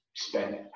spend